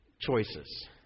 choices